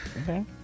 Okay